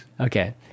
okay